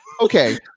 Okay